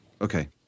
Okay